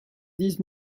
these